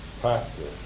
practice